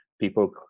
people